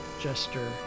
jester